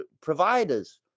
providers